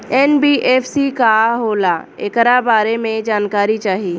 NBFC का होला ऐकरा बारे मे जानकारी चाही?